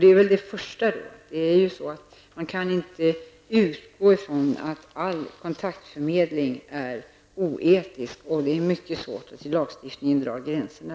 Det är det första hindret. Man kan inte utgå ifrån att all kontaktförmedling är oetisk, och det är mycket svårt att dra gränserna i lagstiftningen.